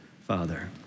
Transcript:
Father